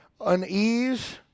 unease